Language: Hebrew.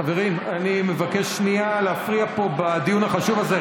חברים, אני מבקש שנייה להפריע פה בדיון החשוב הזה.